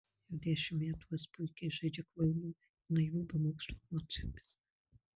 jau dešimt metų es puikiai žaidžia kvailų ir naivių bemokslių emocijomis